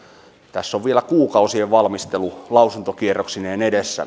tässä on vielä kuukausien valmistelu lausuntokierroksineen edessä